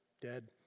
dead